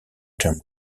term